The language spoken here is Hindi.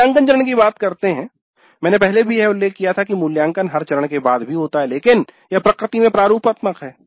मूल्यांकन चरण की बात करते है मैंने पहले ही यह उल्लेख किया गया था कि मूल्यांकन हर चरण के बाद भी होता है लेकिन यह प्रकृति में प्रारूपात्मक है